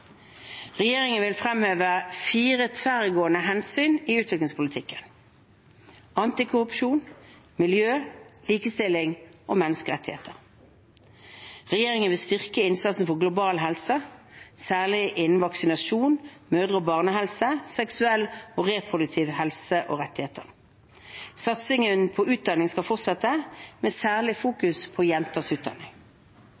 Regjeringen vil fremheve fire tverrgående hensyn i utviklingspolitikken: antikorrupsjon, miljø, likestilling og menneskerettigheter. Regjeringen vil styrke innsatsen for global helse, særlig innen vaksinasjon, mødre- og barnehelse, seksuell og reproduktiv helse og rettigheter. Satsingen på utdanning skal fortsette, med særlig